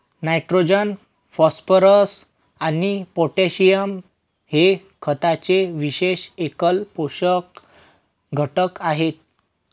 nitrogen, phosphorus आणि potassium हे खताचे विशेष एकल पोषक घटक आहेत